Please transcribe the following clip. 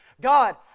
God